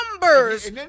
numbers